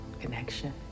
connection